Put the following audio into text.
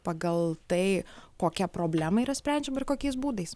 pagal tai kokia problema yra sprendžiama ir kokiais būdais